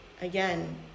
again